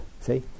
See